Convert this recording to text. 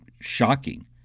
shocking